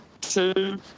two